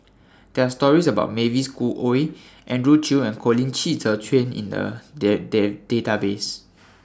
There Are stories about Mavis Khoo Oei Andrew Chew and Colin Qi Zhe Quan in A Deaf Deaf Database